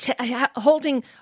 holding